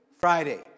Friday